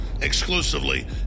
exclusively